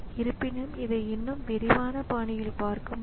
அடுத்தது கணினியின் செயல்பாட்டைப் பார்ப்போம்